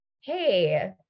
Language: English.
hey